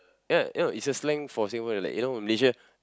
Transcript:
ya you know it's a slang for Singapore like you know Malaysia